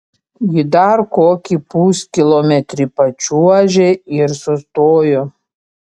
ji dar kokį puskilometrį pačiuožė ir sustojo